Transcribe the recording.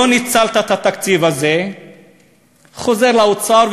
לא ניצלת את התקציב הזה חוזר לאוצר,